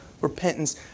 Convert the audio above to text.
repentance